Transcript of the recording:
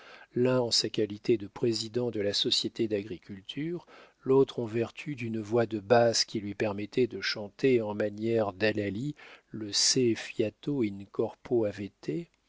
l'un en sa qualité de président de la société d'agriculture l'autre en vertu d'une voix de basse qui lui permettait de chanter en manière d'hallali le se fiato